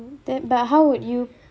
that but how would you